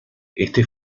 este